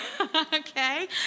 Okay